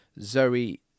Zoe